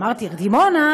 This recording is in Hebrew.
אמרתי דימונה,